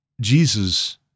Jesus